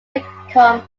become